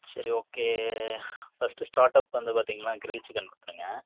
சரி okay first startup வந்து பார்த்திங்னா கிரில் சிக்கன் கொடுத்துருங்க